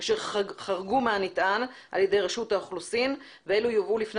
אשר חרגו מהנטען על ידי רשות האוכלוסין ואלו יובאו לפני